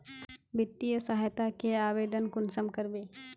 वित्तीय सहायता के आवेदन कुंसम करबे?